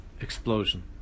explosion